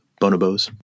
bonobos